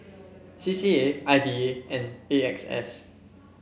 C C A I D A and A X S